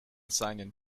seinen